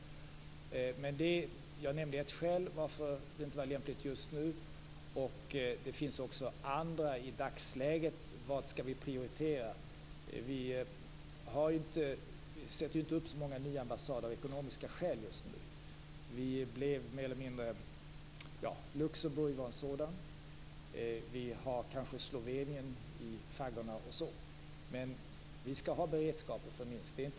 Jag nämnde ett skäl till varför det inte var lämpligt just nu. Det finns även andra i dagsläget. Vad skall vi prioritera? Vi sätter ju inte upp så många nya ambassader av ekonomiska skäl just nu. Luxemburg var en sådan. Vi har kanske Slovenien i faggorna också. Men vi skall ha beredskap för Minsk.